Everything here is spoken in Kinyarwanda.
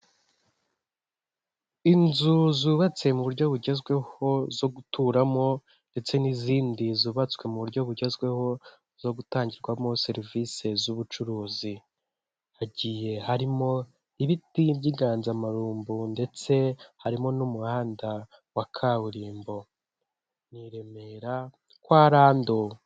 Inzu zubatse mu buryo bugezweho zo guturamo, ndetse n'izindi zubatswe mu buryo bugezweho, zo gutangirwamo serivisi z'ubucuruzi, hagiye harimo ibiti by'inganzamarumbu ndetse harimo n'umuhanda wa kaburimbo, ni i Remera kwa Rando.